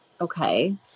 Okay